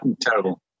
Terrible